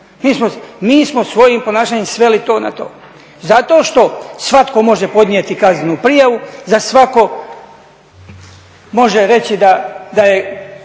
Mi smo svojim ponašanjem sveli to na to. Zato što svatko može podnijeti kaznenu prijavu, za svako može reći da je